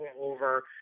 over